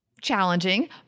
challenging